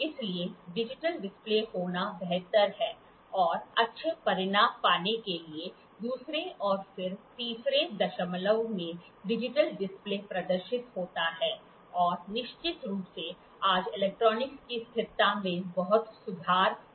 इसलिए digital display होना बेहतर है और अच्छे परिणाम पाने के लिए दूसरे और फिर तीसरे दशमलव में डिजिटल डिस्प्ले प्रदर्शित होता है और निश्चित रूप से आज इलेक्ट्रॉनिक्स की स्थिरता में बहुत सुधार हुआ है